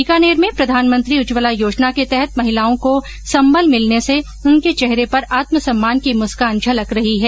बीकानेर में प्रधानमंत्री उज्जवला योजना के तहत महिलाओं को सम्बल मिलने से उनके चेहरे पर आत्मसम्मान की मुस्कान झलक रही है